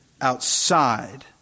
outside